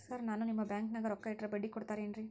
Sir ನಾನು ನಿಮ್ಮ ಬ್ಯಾಂಕನಾಗ ರೊಕ್ಕ ಇಟ್ಟರ ಬಡ್ಡಿ ಕೊಡತೇರೇನ್ರಿ?